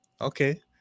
Okay